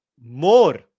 more